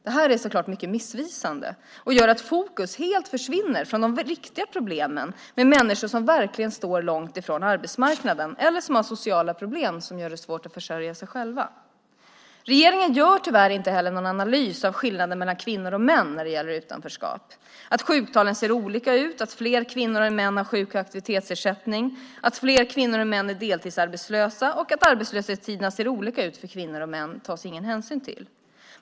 Detta är såklart mycket missvisande och gör att fokus försvinner från de riktiga problemen med människor som verkligen står långt från arbetsmarknaden eller som har sociala problem som gör det svårt för dem att försörja sig själva. Regeringen gör tyvärr inte heller någon analys av skillnaden mellan kvinnor och män när det gäller utanförskap. Att sjuktalen ser olika ut, att fler kvinnor än män har sjuk och aktivitetsersättning, att fler kvinnor än män är deltidsarbetslösa och att arbetslöshetstiderna ser olika ut för kvinnor och män tas ingen hänsyn till.